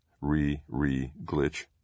re-re-glitch